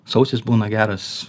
sausis būna geras